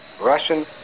Russian